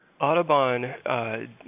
Audubon